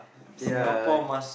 okay ah